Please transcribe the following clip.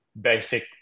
basic